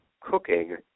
cooking